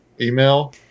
email